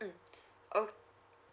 mm ok~